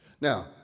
Now